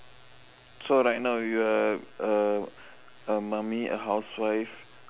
so right now you are a a mummy a housewife